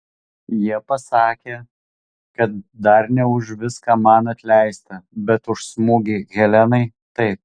jie pasakė kad dar ne už viską man atleista bet už smūgį helenai taip